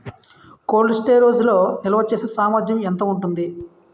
Cold storage లో నిల్వచేసేసామర్థ్యం ఎంత ఉంటుంది?